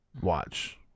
watch